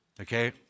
okay